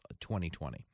2020